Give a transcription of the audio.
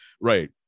Right